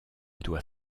doit